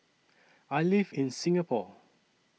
I live in Singapore